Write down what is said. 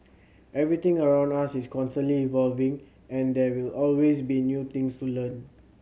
everything around us is constantly evolving and there will always be new things to learn